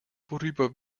worüber